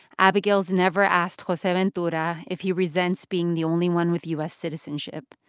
abigail's never asked joseventura if he resents being the only one with u s. citizenship.